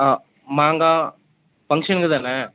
ஆ மாங்காய் ஃபங்க்ஷனுக்கு தானே